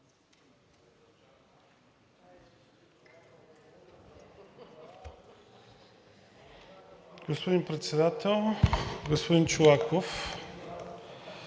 Господин Председател! Господин Чолаков,